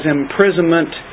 imprisonment